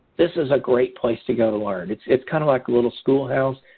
this is a great place to go to learn. it's it's kind of like a little schoolhouse.